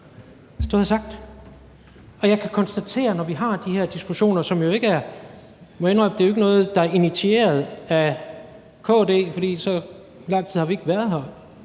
stået og sagt. Og jeg kan konstatere, når vi har de her diskussioner – jeg må indrømme, at det jo ikke er noget, der er initieret af KD, for så lang tid har vi ikke været her